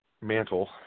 mantle